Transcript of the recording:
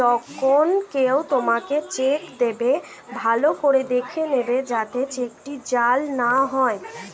যখন কেউ তোমাকে চেক দেবে, ভালো করে দেখে নেবে যাতে চেকটি জাল না হয়